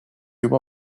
juba